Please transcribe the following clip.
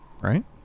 right